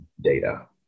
data